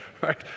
right